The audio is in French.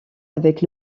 avec